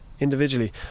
individually